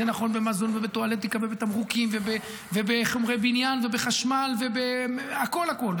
זה נכון במזון ובטואלטיקה ובתמרוקים ובחומרי בניין ובחשמל ובהכול הכול.